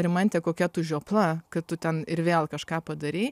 rimante kokia tu žiopla kad tu ten ir vėl kažką padarei